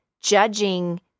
judging